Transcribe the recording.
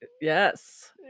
Yes